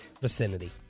vicinity